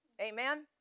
Amen